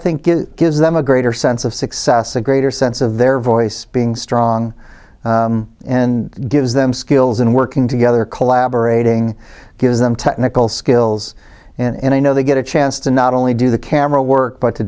think it gives them a greater sense of success a greater sense of their voice being strong and gives them skills and working together collaborating gives them technical skills and i know they get a chance to not only do the camera work but to